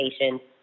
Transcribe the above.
patients